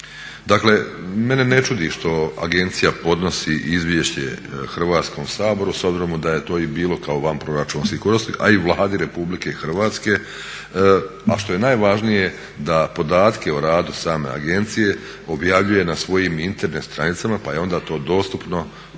Dakle, mene ne čudi što agencija podnosi izvješće Hrvatskom saboru s obzirom da je to i bilo kao vanproračunski korisnik a i Vladi RH. A što je najvažnije da podatke o radu same agencije objavljuje na svojim Internet stranicama pa je onda to dostupno svim